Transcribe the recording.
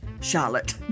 Charlotte